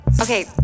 Okay